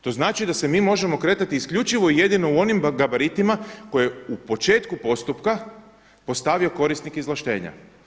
To znači da se mi možemo kretati isključivo i jedino u onim gabaritima koje u početku postupka postavio korisnik izvlaštenja.